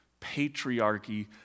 patriarchy